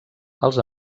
els